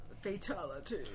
Fatality